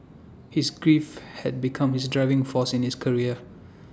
his grief had become his driving force in his career